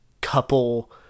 couple